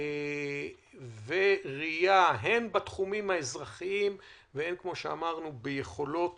ראייה בתחומים האזרחיים וביכולות